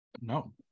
No